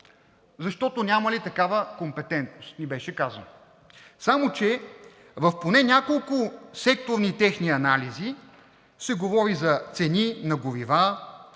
защото нямали такава компетентност, ни беше казано. Само че в поне няколко техни секторни анализи се говори за цени на горива,